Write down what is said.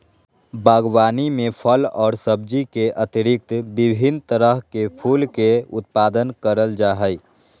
बागवानी में फल और सब्जी के अतिरिक्त विभिन्न तरह के फूल के उत्पादन करल जा हइ